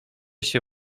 się